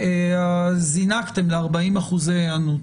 זינקתם ל-40% היענות.